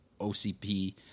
OCP